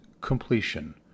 completion